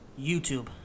YouTube